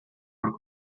por